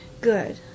good